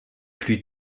plus